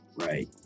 Right